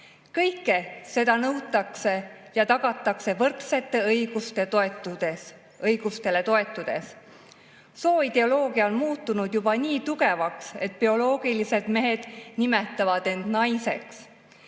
Kõike seda nõutakse ja tagatakse võrdsetele õigustele toetudes. Sooideoloogia on muutunud juba nii tugevaks, et bioloogilised mehed nimetavad end naiseks,